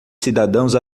cidadãos